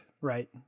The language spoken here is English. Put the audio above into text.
right